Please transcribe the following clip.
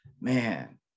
man